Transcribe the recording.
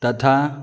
तथा